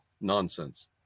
Nonsense